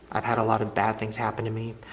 i've had a lot of bad things happen to me,